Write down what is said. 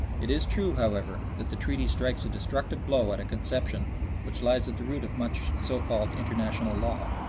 it is true, however, that the treaty strikes a destructive blow at a conception which lies at the root of much of so-called international law,